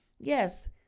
Yes